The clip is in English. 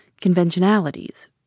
conventionalities